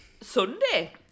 Sunday